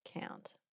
count